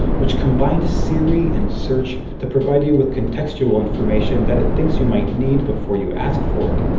which combined siri and search to provided you with contextual information that it thinks you might need before you ask for it.